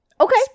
Okay